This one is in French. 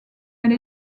elle